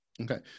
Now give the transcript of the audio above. Okay